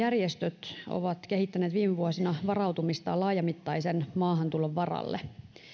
järjestöt ovat kehittäneet viime vuosina varautumistaan laajamittaisen maahantulon varalle